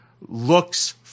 looks